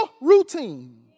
routine